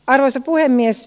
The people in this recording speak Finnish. arvoisa puhemies